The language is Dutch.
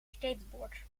skateboard